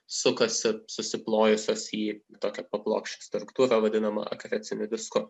sukasi susiplojusios į tokią paplokščią struktūrą vadinamą akreciniu disku